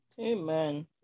Amen